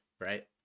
right